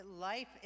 Life